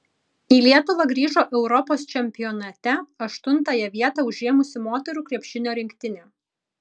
į lietuvą grįžo europos čempionate aštuntąją vietą užėmusi moterų krepšinio rinktinė